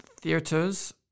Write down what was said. theaters